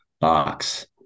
box